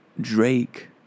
Drake